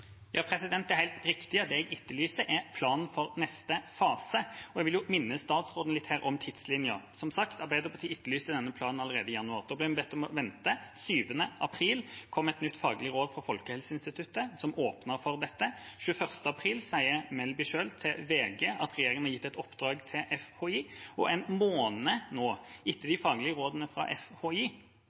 Det er helt riktig at jeg etterlyser en plan for neste fase. Jeg vil minne statsråden om tidslinjen. Som sagt etterlyste Arbeiderpartiet denne planen allerede i januar. Da ble man bedt om å vente. Den 7. april kom et nytt faglig råd fra Folkehelseinstituttet, som åpnet for dette. Den 21. april sa Melby selv til VG at regjeringa har gitt et oppdrag til FHI. Nå, en måned etter at de faglige rådene fra FHI